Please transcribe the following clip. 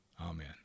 Amen